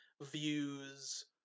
views